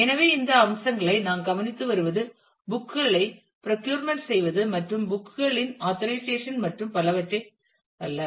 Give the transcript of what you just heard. எனவே இந்த அம்சங்களை நாம் கவனித்து வருவது புக் களை பிராக்யூரிமெண்ட் செய்வது மற்றும் புக் களின் ஆர்கனைசேஷன் மற்றும் பலவற்றை அல்ல